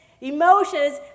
emotions